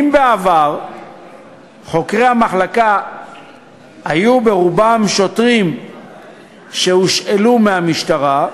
אם בעבר חוקרי המחלקה היו ברובם שוטרים שהושאלו מהמשטרה,